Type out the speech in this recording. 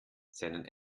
seinen